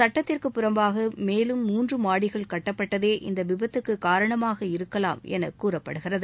சுட்டத்திற்கு புறம்பாக மேலும் மூன்று மாடிகள் கட்டப்பட்டதே இந்த விபத்துக்கு காரணமாக இருக்கலாம் என கூறப்படுகிறது